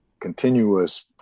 continuous